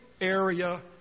area